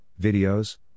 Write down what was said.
videos